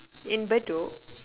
in bedok